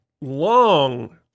long